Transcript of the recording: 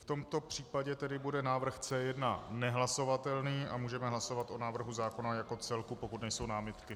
V tomto případě tedy bude návrh C1 nehlasovatelný a můžeme hlasovat o návrhu zákona jako celku, pokud nejsou námitky.